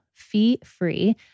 fee-free